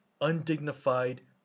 undignified